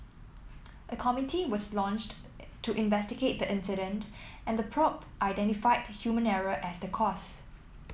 a committee was launched to investigate the incident and the probe identified human error as the cause